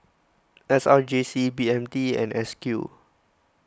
S R J C B M T and S Q